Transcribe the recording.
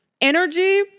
energy